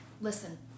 listen